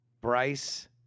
Bryce